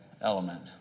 element